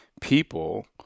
people